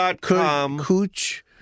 Cooch